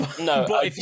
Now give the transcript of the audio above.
no